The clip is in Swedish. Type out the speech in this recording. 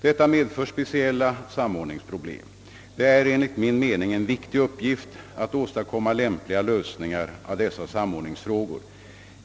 Detta medför speciella samordningsproblem. Det är enligt min mening en viktig uppgift att åstadkomma lämpliga lösningar av dessa samordningsfrågor.